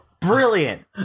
Brilliant